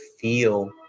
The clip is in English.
feel